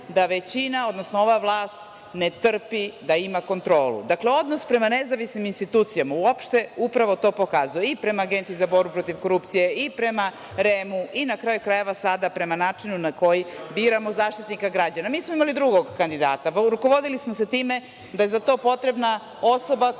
da većina, odnosno ova vlast ne trpi da ima kontrolu. Dakle, odnos prema nezavisnim institucijama uopšte upravo to pokazuje i prema Agenciji za borbu protiv korupcije i prema REM-u i, na kraju krajeva, sada prema načinu na koji biramo Zaštitnika građana. Mi smo imali drugog kandidata. Rukovodili smo se time da je za to potrebna osoba koja